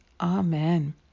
Amen